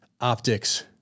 optics